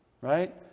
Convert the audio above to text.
right